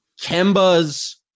kemba's